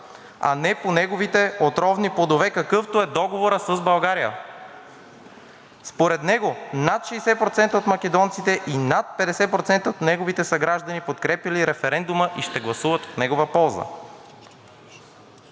а не по неговите отровни плодове, какъвто е Договорът с България“ – да, цитат. Според него над 60% от македонците и над 50% от неговите съграждани подкрепяли референдума и ще гласуват в негова полза.